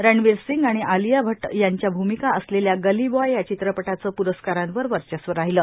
रणवीर सिंग आणि आलिया भट्ट यांच्या भूमिका असलेला गली बॉय या चित्रपटाच प्रस्कारांवर वर्चस्व राहीले